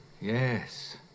Yes